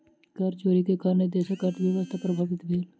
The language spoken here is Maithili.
कर चोरी के कारणेँ देशक अर्थव्यवस्था प्रभावित भेल